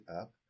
up